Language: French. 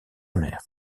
mère